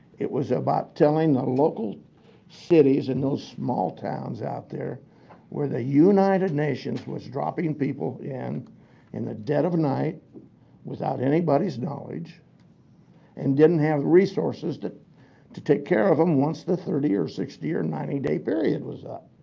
it was about telling the local cities and those small towns out there where the united nations was dropping and people in in the dead of night without anybody's knowledge and didn't have the resources to take care of them once the thirty or sixty or ninety day period was up.